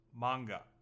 manga